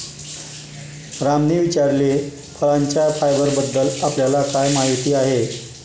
रामने विचारले, फळांच्या फायबरबद्दल आपल्याला काय माहिती आहे?